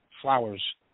flowers